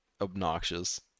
obnoxious